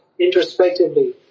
introspectively